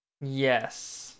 Yes